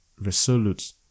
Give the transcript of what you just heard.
resolute